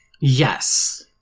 Yes